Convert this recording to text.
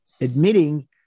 admitting